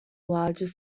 largest